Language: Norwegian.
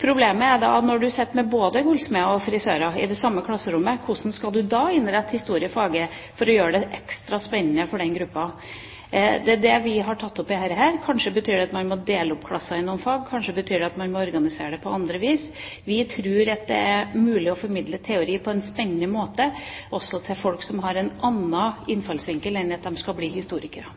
Problemet er når man sitter med både gullsmeder og frisører i det samme klasserommet. Hvordan skal man da innrette historiefaget for å gjøre det ekstra spennende for den gruppen? Det er det vi har tatt opp her. Kanskje betyr det at man må dele opp klasser i noen fag, kanskje betyr det at man må organisere det på andre vis. Vi tror at det er mulig å formidle teori på en spennende måte også til folk som har en annen innfallsvinkel enn at de skal bli historikere.